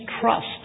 trust